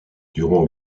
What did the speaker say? durant